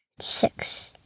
six